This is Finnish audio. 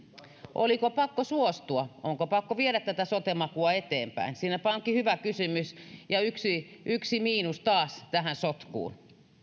oliko pakko suostua onko pakko viedä tätä sote makua eteenpäin siinäpä onkin hyvä kysymys ja taas yksi miinus tähän sotkuun